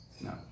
No